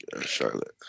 Charlotte